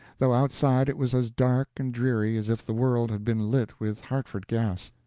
though outside it was as dark and dreary as if the world had been lit with hartford gas.